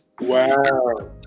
Wow